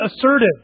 assertive